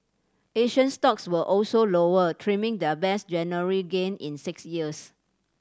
Asian stocks were also lower trimming their best January gain in six years